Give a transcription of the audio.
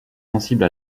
sensible